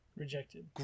Rejected